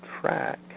track